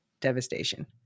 devastation